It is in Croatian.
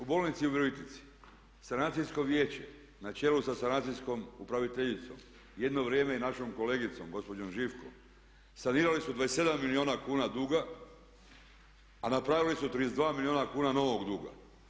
U bolnici u Virovitici sanacijsko vijeće na čelu sa sanacijskom upraviteljicom, jedno vrijeme i našom kolegicom gospođom Živko sanirali su 27 milijuna kuna duga a napravili su 32 milijuna kuna novog duga.